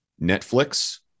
netflix